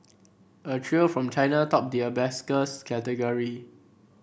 a trio from China topped the category